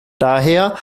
daher